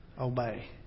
obey